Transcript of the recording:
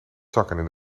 zakken